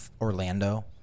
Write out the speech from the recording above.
Orlando